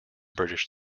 british